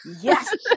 Yes